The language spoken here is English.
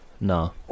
No